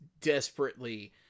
desperately